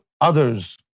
others